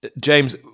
James